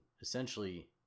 essentially